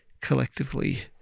collectively